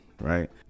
Right